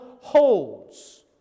holds